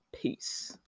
Peace